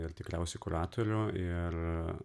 ir tikriausiai kuratorių ir